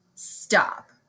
stop